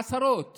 עשרות